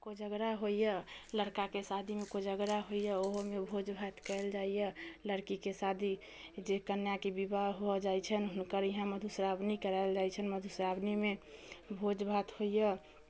कोजगरा होइए लड़काके शादीमे कोजगरा होइए ओहोमे भोज भात कयल जाइए लड़कीके शादी जे कन्याके बिवाह भऽ जाइ छनि हुनकर इहाँ मधुश्रावणी करैल जाइ छनि मधुश्रावणीमे भोज भात होइए